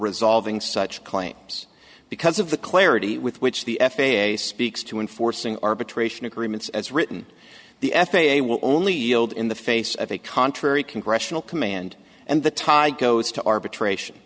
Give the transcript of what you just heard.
resolving such claims because of the clarity with which the f a a speaks to enforcing arbitration agreements as written the f a a will only yield in the face of a contrary congressional command and the tie goes to arbitration